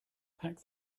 pack